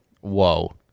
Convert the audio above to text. whoa